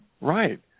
Right